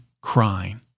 crying